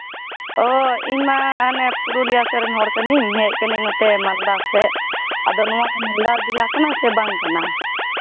ᱚ ᱤᱧᱢᱟ ᱚᱱᱮ ᱯᱩᱨᱩᱞᱤᱭᱟ ᱥᱮᱫ ᱨᱮᱱ ᱦᱚᱲ ᱠᱟᱹᱱᱟᱹᱧ ᱦᱮᱡ ᱠᱟᱹᱱᱟᱹᱧ ᱱᱚᱛᱮ ᱢᱟᱞᱫᱟ ᱥᱮᱫ ᱟᱫᱚ ᱱᱚᱣᱟᱫᱚ ᱢᱟᱞᱫᱟ ᱡᱮᱞᱟ ᱠᱟᱱᱟ ᱥᱮ ᱵᱟᱝ ᱠᱟᱱᱟ